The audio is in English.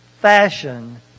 fashion